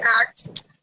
act